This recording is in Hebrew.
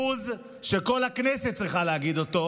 בוז שכל הכנסת צריכה להגיד אותו,